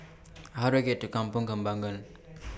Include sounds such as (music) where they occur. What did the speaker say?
(noise) How Do I get to Kampong Kembangan (noise)